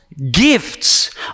Gifts